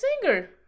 singer